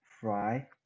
fry